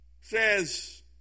says